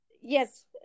Yes